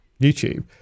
YouTube